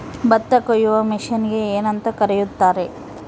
ಭತ್ತ ಕೊಯ್ಯುವ ಮಿಷನ್ನಿಗೆ ಏನಂತ ಕರೆಯುತ್ತಾರೆ?